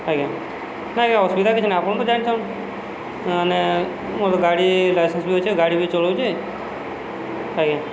ଆଜ୍ଞା ନାଇଁ ଆଜ୍ଞା ଅସୁବିଧା କିଛି ନା ଆପଣ ତ ଜାଣିଛନ୍ ମାନେ ମୋର ଗାଡ଼ି ଲାଇସେନ୍ସ ବି ଅଛେ ଗାଡ଼ି ବି ଚଳଉଛି ଆଜ୍ଞା